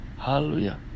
Hallelujah